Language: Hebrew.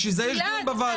בשביל זה יש דיון בוועדה.